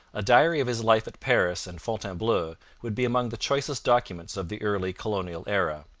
a diary of his life at paris and fontainebleau would be among the choicest documents of the early colonial era.